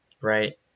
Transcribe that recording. right